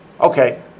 Okay